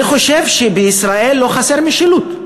אני חושב שבישראל לא חסרה משילות,